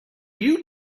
you